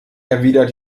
erwidert